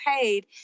paid